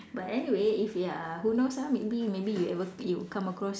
but anyway if you are who knows ah maybe maybe you ever you come across